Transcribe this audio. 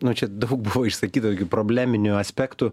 nu čia daug buvo išsakyta tokių probleminių aspektų